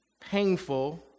painful